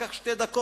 לקח שתי דקות